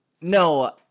No